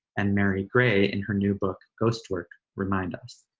and mary gray in her new book ghost work, remind us.